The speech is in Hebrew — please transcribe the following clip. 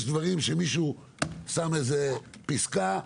יש דברים שמישהו שם איזו פסקה,